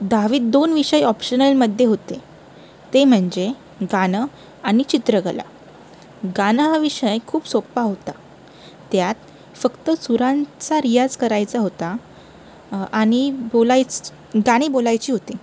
दहावीत दोन विषय ऑप्शनलमध्ये होते ते म्हणजे गाणं आणि चित्रकला गाणं हा विषय खूप सोपा होता त्यात फक्त सुरांचा रियाज करायचा होता आणि बोलायचं गाणी बोलायची होती